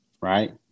Right